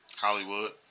Hollywood